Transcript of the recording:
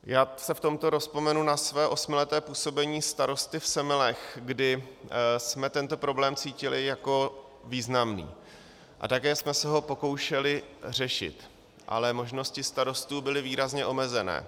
Já se v tomto rozvzpomenu na své osmileté působení starosty v Semilech, kdy jsme tento problém cítili jako významný a také jsme se ho pokoušeli řešit, ale možnosti starostů byly výrazně omezené.